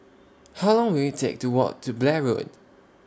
How Long Will IT Take to Walk to Blair Road